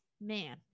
man